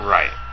Right